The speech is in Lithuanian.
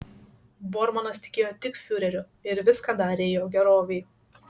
bormanas tikėjo tik fiureriu ir viską darė jo gerovei